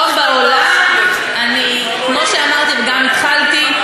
ובכל מקום בעולם, כמו שאמרתי וגם התחלתי,